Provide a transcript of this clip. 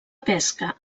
pesca